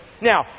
Now